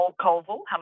Colville